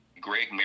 Greg